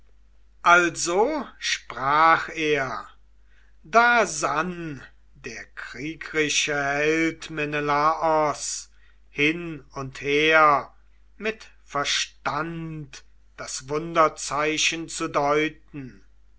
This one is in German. also sprach er da sann der kriegrische held menelaos hin und her mit verstand das wunderzeichen zu deuten